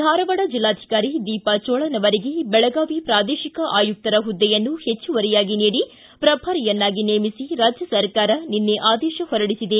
ಧಾರವಾಡ ಜಿಲ್ಲಾಧಿಕಾರಿ ದೀಪಾ ಚೋಳನ್ ಅವರಿಗೆ ಬೆಳಗಾವಿ ಪ್ರಾದೇಶಿಕ ಆಯುಕ್ತರ ಹುದ್ದೆಯನ್ನು ಹೆಚ್ಚುವರಿಯಾಗಿ ನೀಡಿ ಪ್ರಭಾರಿಯನ್ನಾಗಿ ನೇಮಿಸಿ ರಾಜ್ಯ ಸರ್ಕಾರ ನಿನ್ನೆ ಆದೇಶ ಹೊರಡಿಸಿದೆ